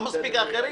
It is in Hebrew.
לא מספיק האחרים?